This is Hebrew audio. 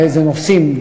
באיזה נושאים,